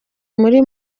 muri